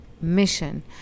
mission